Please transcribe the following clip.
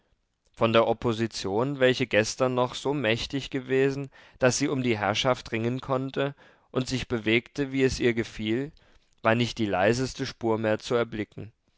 von der opposition welche gestern noch so mächtig gewesen daß sie um die herrschaft ringen konnte und sich bewegte wie es ihr gefiel war nicht die leiseste spur mehr zu erblicken